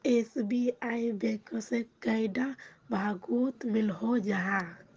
SBI bank से कैडा भागोत मिलोहो जाहा?